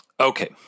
Okay